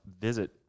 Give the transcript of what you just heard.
visit